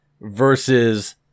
versus